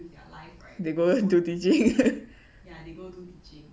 they go do teaching